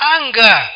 anger